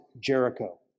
Jericho